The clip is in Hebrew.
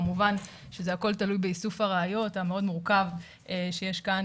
כמובן שזה הכל תלוי באיסוף הראיות המאוד מורכב שיש כאן,